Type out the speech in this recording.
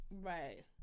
Right